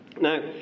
Now